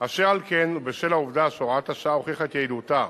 אשר על כן ובשל העובדה שהוראת השעה הוכיחה את יעילותה